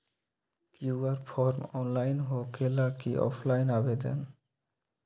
QR form online होकेला कि offline आवेदन?